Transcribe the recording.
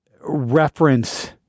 reference